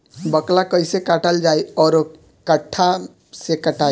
बाकला कईसे काटल जाई औरो कट्ठा से कटाई?